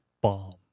bomb